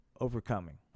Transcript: Overcoming